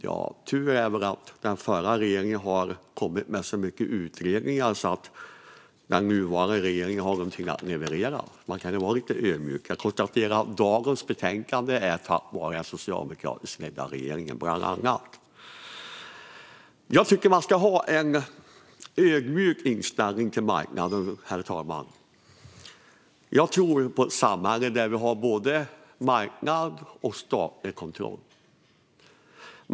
Ja, det är väl tur att den förra regeringen har kommit med så mycket utredningar att den nuvarande regeringen har något att leverera. Man kan ju vara lite ödmjuk. Jag konstaterar att dagens betänkande har kommit till tack vare den socialdemokratiskt ledda regeringen, bland annat. Jag tycker att man ska ha en ödmjuk inställning till marknaden. Jag tror på ett samhälle där vi har både marknad och statlig kontroll.